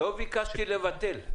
לא ביקשתי לבטל.